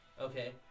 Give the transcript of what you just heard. Okay